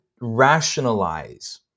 rationalize